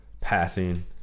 passing